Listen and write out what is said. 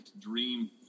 dream